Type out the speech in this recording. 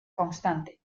constante